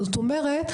זאת אומרת,